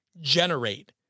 generate